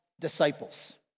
disciples